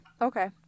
Okay